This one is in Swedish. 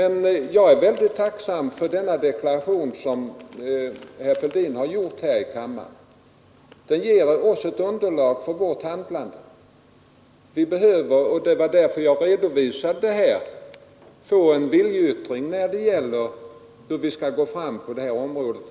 Jag är mycket tacksam för den deklaration som herr Fälldin gjort här i kammaren. Den ger oss ett underlag för vårt handlande. Vi behöver och det var därför jag gjorde min redovisning — få en viljeyttring när det gäller hur vi skall gå fram på det här området.